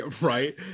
Right